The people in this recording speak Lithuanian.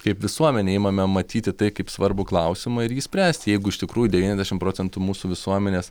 kaip visuomenė imame matyti tai kaip svarbų klausimą ir jį spręsti jeigu iš tikrųjų devyniasdešim procentų mūsų visuomenės